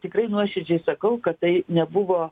tikrai nuoširdžiai sakau kad tai nebuvo